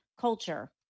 culture